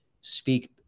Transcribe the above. speak